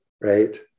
right